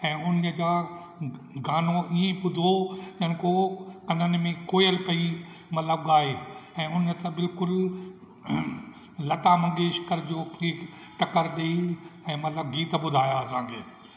ऐं उन्हीअ जा गानो ईअं ॿुधो ॼणु को व कननि में कोयल पई मतिलबु ॻाए ऐं उन्हीअ त बिल्कुलु लता मंगेशकर जो खे टकरु ॾेई ऐं मतिलबु गीत ॿुधाया असां खे